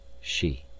She